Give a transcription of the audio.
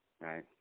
Right